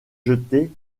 jetaient